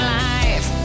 life